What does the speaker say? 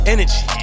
Energy